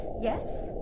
yes